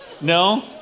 No